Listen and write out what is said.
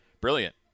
brilliant